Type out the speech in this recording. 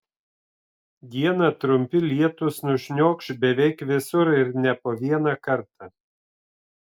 dieną trumpi lietūs nušniokš beveik visur ir ne po vieną kartą